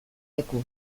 lekua